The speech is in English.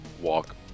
walk